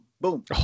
Boom